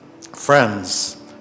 friends